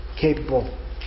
capable